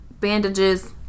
bandages